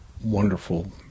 wonderful